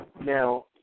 Now